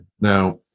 now